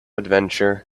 adventure